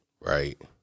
Right